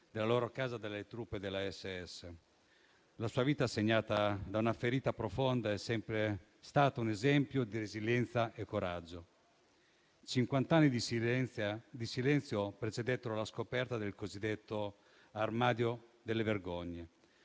della loro casa dalle truppe delle SS. La sua vita, segnata da una ferita profonda, è sempre stata un esempio di resilienza e coraggio. Cinquant'anni di silenzio precedettero la scoperta del cosiddetto armadio delle vergogne,